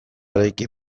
eraiki